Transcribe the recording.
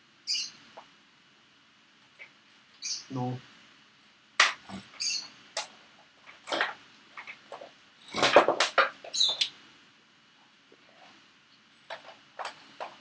no